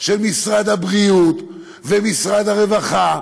של משרד הבריאות ומשרד הרווחה,